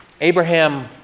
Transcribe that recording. Abraham